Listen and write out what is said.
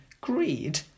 greed